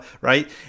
right